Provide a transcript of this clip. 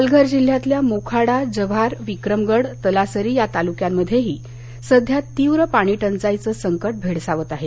पालघर जिल्ह्यातल्या मोखाडा जव्हार विक्रमगड तलासरी या तालुक्यांमध्येही सध्या तीव्र पाणी टंचाईचं संकट भेडसावत आहे